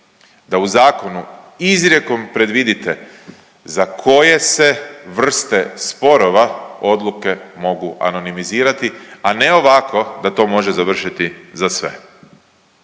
da u zakonu izrijekom predvidite za koje se vrste sporova odluke mogu anonimizirati, a ne ovako da to može završiti za sve.